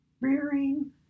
Rearing